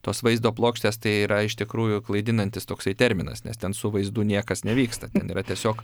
tos vaizdo plokštės tai yra iš tikrųjų klaidinantis toksai terminas nes ten su vaizdu niekas nevyksta ten yra tiesiog